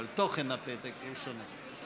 אבל תוכן הפתק שונה.